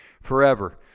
forever